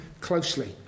closely